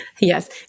Yes